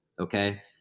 Okay